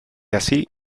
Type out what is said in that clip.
así